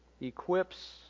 equips